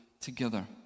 together